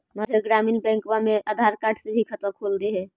मध्य ग्रामीण बैंकवा मे आधार कार्ड से भी खतवा खोल दे है?